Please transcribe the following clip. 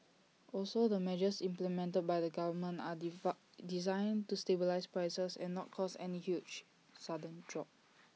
also the measures implemented by the government are D far designed to stabilise prices and not cause any huge sudden drop